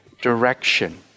direction